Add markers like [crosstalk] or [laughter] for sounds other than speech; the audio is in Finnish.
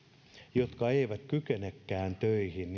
jotka eivät kykenekään töihin [unintelligible]